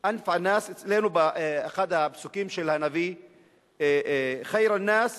אצלנו, אחד הפסוקים של הנביא: "ח'יר אל-נאס